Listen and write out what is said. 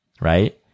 right